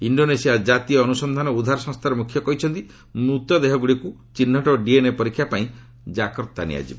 Indonesia ଜାତୀୟ ଅନୁସନ୍ଧାନ ଓ ଉଦ୍ଧାର ସଂସ୍ଥାର ମୁଖ୍ୟ କହିଛନ୍ତି ମୂତଦେହଗୁଡ଼ିକୁ ଚିହ୍ନଟି ଓ ଡିଏନ୍ଏ ପରୀକ୍ଷା ପାଇଁ ଜାକର୍ତ୍ତା ନିଆଯିବ